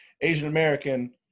asian-american